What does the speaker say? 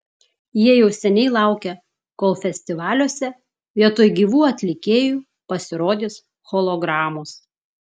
jie jau seniai laukia kol festivaliuose vietoj gyvų atlikėjų pasirodys hologramos